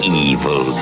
evil